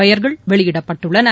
பெய்ரகள் வெளியிடப்பட்டுள்ளன